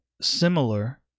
similar